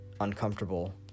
uncomfortable